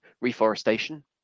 reforestation